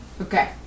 Okay